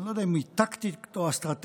אני לא יודע אם היא טקטית או אסטרטגית,